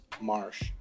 Marsh